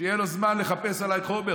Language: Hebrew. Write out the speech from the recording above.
שיהיה לו זמן לחפש עליי חומר,